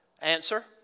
Answer